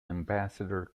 ambassador